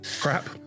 Crap